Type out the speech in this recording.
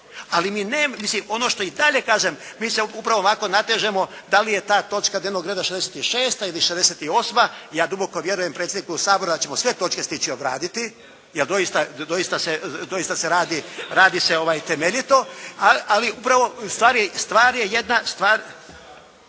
Ali mi, mislim ono što i dalje kažem mi se upravo ovako natežemo da li je ta točka dnevnog reda 66. ili 68. Ja duboko vjerujem predsjedniku Sabora da ćemo sve točke stići obraditi. Ja doista se, doista se radi, radi se doista temeljito. Ali upravo stvar je jedna, stvar…